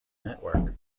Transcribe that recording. network